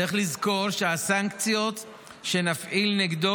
צריך לזכור שהסנקציות שנפעיל נגדו